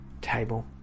table